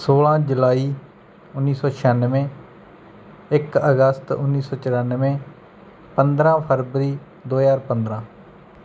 ਸੋਲ੍ਹਾਂ ਜੁਲਾਈ ਉੱਨੀ ਸੌ ਛਿਆਨਵੇਂ ਇੱਕ ਅਗਸਤ ਉੱਨੀ ਸੌ ਚੁਰਾਨਵੇਂ ਪੰਦਰ੍ਹਾਂ ਫਰਬਰੀ ਦੋ ਹਜ਼ਾਰ ਪੰਦਰ੍ਹਾਂ